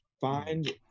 find